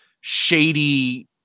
shady